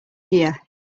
here